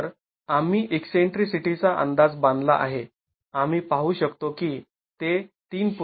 तर आम्ही ईकसेंट्रीसिटीचा अंदाज बांधला आहे आम्ही पाहू शकतो की ते ३